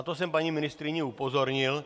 Na to jsem paní ministryni upozornil.